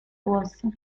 włosy